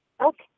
Okay